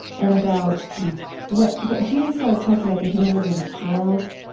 and about what what jesus always talks about the humility of a child.